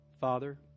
Father